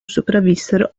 sopravvissero